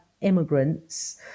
immigrants